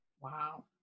Wow